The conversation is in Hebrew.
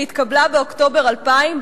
שהתקבלה באוקטובר 2000,